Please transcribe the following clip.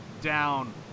down